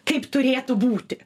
kaip turėtų būti